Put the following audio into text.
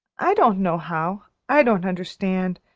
i don't know how. i don't understand.